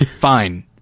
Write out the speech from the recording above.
fine